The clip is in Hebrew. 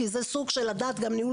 כי על הדרך גם לומדים